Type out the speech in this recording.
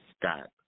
Scott